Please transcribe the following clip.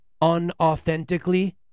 unauthentically